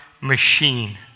machine